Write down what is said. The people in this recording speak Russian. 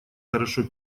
хорошо